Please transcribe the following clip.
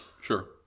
Sure